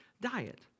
diet